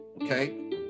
Okay